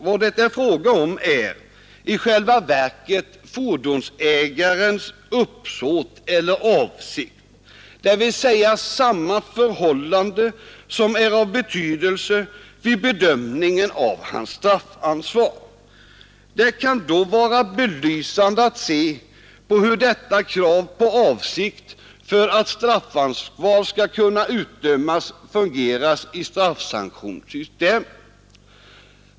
Vad det är fråga om är i själva verket fordonsägarens uppsåt eller avsikt, dvs. samma förhållande som är av betydelse vid bedömning av hans straffansvar. Det kan då vara belysande att se hur detta krav på avsikt för att straffansvar skall kunna utdömas fungerar i straffsanktionssystemet.